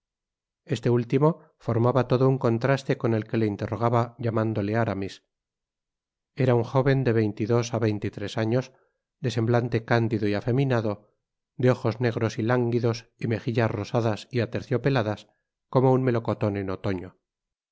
este último formaba todo un contraste con el que le interrogaba llamándole arwú era un jóven de veinte y dos á veinte y tres aflos de semblante cándido y afeminado de ojos negros y lánguidos y mejillas rosadas y aterciopeladas como un melocoton en otoño